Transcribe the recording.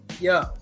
Yo